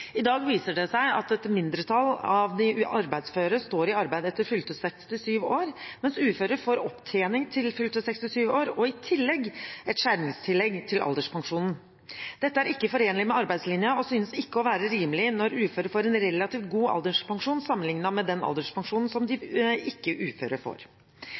I dag viser det seg at et mindretall av de arbeidsføre står i arbeid etter fylte 67 år, mens uføre får opptjening til fylte 67 år og i tillegg et skjermingstillegg til alderspensjonen. Dette er ikke forenlig med arbeidslinjen og synes ikke å være rimelig når uføre får en relativt god alderspensjon sammenlignet med alderspensjonen som de ikke-uføre får. I proposisjonen utvides og videreføres likevel skjermingstillegget for